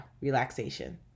relaxation